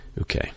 Okay